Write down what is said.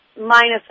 minus